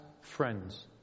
friends